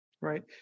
Right